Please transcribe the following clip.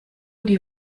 die